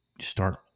start